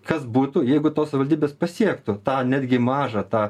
kas būtų jeigu tos savivaldybės pasiektų tą netgi mažą tą